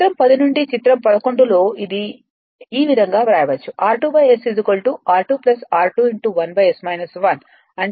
చిత్రం 10 నుండి చిత్రం 11 లో ఇది ఈ విధంగా వ్రాయవచ్చు r2 S r2 r2 1 S 1